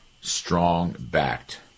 strong-backed